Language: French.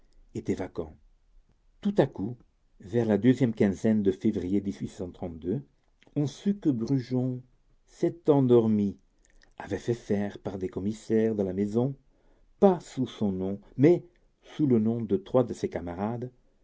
était vacant tout à coup vers la deuxième quinzaine de février on sut que brujon cet endormi avait fait faire par des commissionnaires de la maison pas sous son nom mais sous le nom de trois de ses camarades